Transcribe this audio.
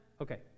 Okay